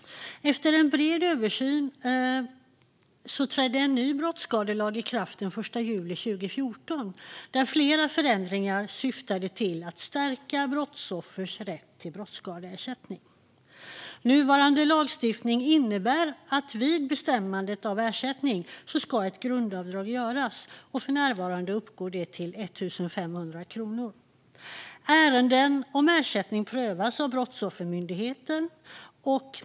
Efter en bred översyn trädde en ny brottsskadelag i kraft den 1 juli 2014; flera förändringar syftade till att stärka brottsoffers rätt till brottsskadeersättning. Nuvarande lagstiftning innebär att ett grundavdrag ska göras vid bestämmandet av ersättning. För närvarande uppgår det till 1 500 kronor. Ärenden om ersättning prövas av Brottsoffermyndigheten.